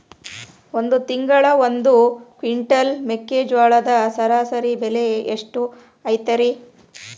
ಈ ತಿಂಗಳ ಒಂದು ಕ್ವಿಂಟಾಲ್ ಮೆಕ್ಕೆಜೋಳದ ಸರಾಸರಿ ಬೆಲೆ ಎಷ್ಟು ಐತರೇ?